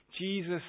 Jesus